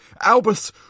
Albus